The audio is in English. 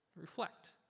reflect